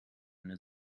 eine